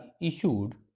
issued